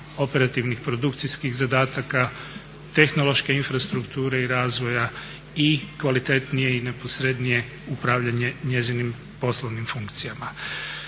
operativnih, produkcijskih zadataka, tehnološke infrastrukture i razvoja i kvalitetnije i neposrednije upravljanje njezinim poslovnim funkcijama.